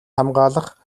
хамгаалах